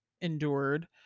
endured